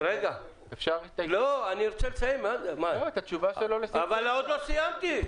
אני רוצה לשמוע את התשובה שלו לסעיף 9. עדיין לא סיימתי.